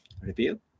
review